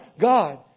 God